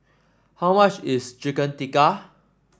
how much is Chicken Tikka